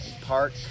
park